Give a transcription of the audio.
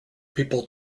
people